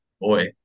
boy